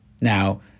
Now